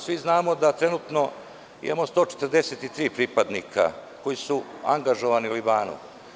Svi znamo da trenutno imamo 143 pripadnika koji su angažovani u Libanu.